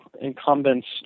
incumbents